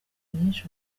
byinshi